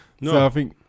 No